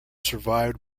survived